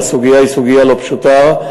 והסוגיה היא סוגיה לא פשוטה.